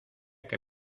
que